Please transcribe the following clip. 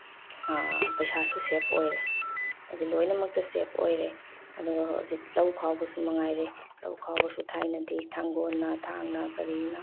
ꯄꯩꯁꯥꯁꯨ ꯁꯦꯐ ꯑꯣꯏꯔꯦ ꯍꯥꯏꯗꯤ ꯂꯣꯏꯅꯃꯛꯇ ꯁꯦꯐ ꯑꯣꯏꯔꯦ ꯑꯗꯨꯒ ꯍꯧꯖꯤꯛ ꯂꯧ ꯈꯥꯎꯕꯁꯨ ꯃꯉꯥꯏꯔꯦ ꯂꯧ ꯈꯥꯎꯕꯁꯨ ꯊꯥꯏꯅꯗꯤ ꯊꯥꯡꯒꯣꯜꯅ ꯊꯥꯡꯅ ꯀꯔꯤꯅ